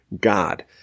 God